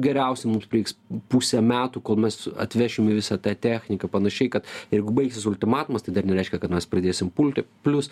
geriausiai mums liks pusė metų kol mes atvešime visą tą techniką panašiai kad jeigu baigsis ultimatumas tai dar nereiškia kad mes pradėsim pulti plius